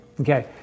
Okay